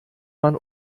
man